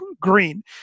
green